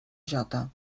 jota